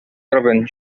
troben